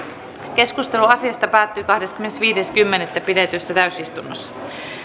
keskustelu asiasta päättyi kahdeskymmenesviides kymmenettä kaksituhattakuusitoista pidetyssä täysistunnossa